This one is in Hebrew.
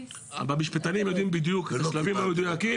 המשפטנים יודעים בדיוק את השלבים המדויקים,